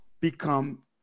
become